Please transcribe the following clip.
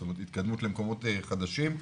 זאת אומרת התקדמות למקומות חדשים,